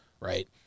right